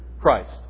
Christ